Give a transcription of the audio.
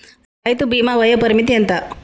రైతు బీమా వయోపరిమితి ఎంత?